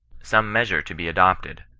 some measure to be adop ted,